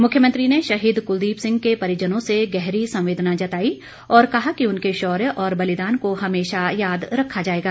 मुख्यमंत्री ने शहीद कुलदीप सिंह के परिजनों से गहरी संवेदना जताई और कहा कि उनके शौर्य और बलिदान को हमेशा याद रखा जाएगा